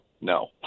no